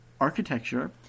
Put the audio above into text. Architecture